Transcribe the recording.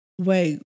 Wait